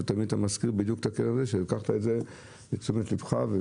ותמיד אתה מזכיר בדיוק את הקרן הזו שלקחת לתשומת ליבך.